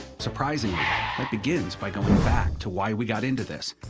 surprisingly, it begins by going back to why we got into this.